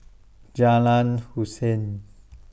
Jalan Hussein